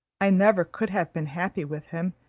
i never could have been happy with him,